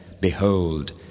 behold